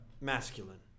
masculine